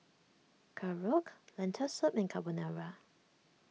Korokke Lentil Soup and Carbonara